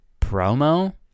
promo